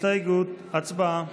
הצבעה.